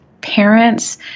parents